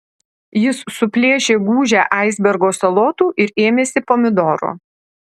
jis suplėšė gūžę aisbergo salotų ir ėmėsi pomidoro